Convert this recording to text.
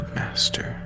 master